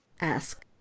Ask